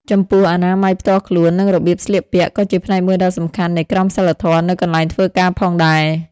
ចំពោះអនាម័យផ្ទាល់ខ្លួន និងរបៀបស្លៀកពាក់ ក៏ជាផ្នែកមួយដ៏សំខាន់នៃក្រមសីលធម៌នៅកន្លែងធ្វើការផងដែរ។